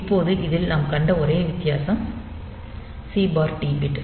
இப்போது இதில் நாம் கண்ட ஒரே வித்தியாசம் சி டி பிட்